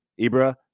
Ibra